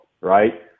right